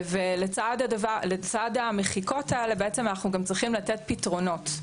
לצד המחיקות האלה אנחנו גם צריכים לתת פתרונות.